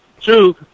Two